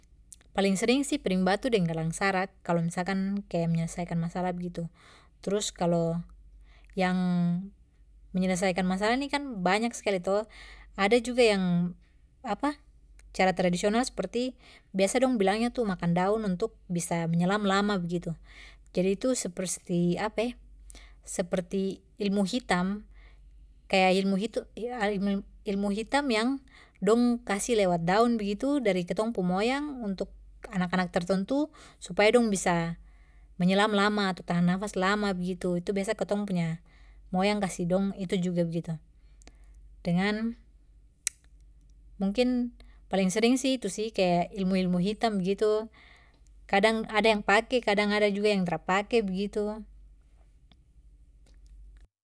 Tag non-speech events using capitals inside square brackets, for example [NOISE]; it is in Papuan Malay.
Paling sering sih piring batu deng gelang sarak kalo misalkan kaya menyelesaikan masalah begitu trus kalo yang menyelesaikan masalah ni kan banyak skali to ada juga yang [HESITATION] cara tradisional sperti biasa dong bilangnya tu makan daun untuk bisa menyelam lama begitu jadi itu sepersti [HESITATION] seperti ilmu hitam, kaya ilmu itu [UNINTELLIGIBLE] ilmu hitam yang dong kasih lewat daun begitu dari kitong pu moyang untuk anak anak tertentu supaya dong bisa menyelam lama ato tahan nafas lama begitu itu biasa kitong moyang kasih dong itu juga begitu dengan mungkin paling sering sih itu sih kaya ilmu ilmu hitam begitu kadang ada yang pake kadang ada juga yang tra pake begitu.